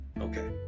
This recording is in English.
Okay